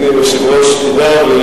אדוני היושב-ראש, תודה.